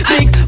Big